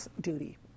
duty